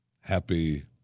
happy